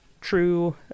true